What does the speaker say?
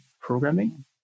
programming